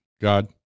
God